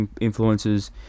influences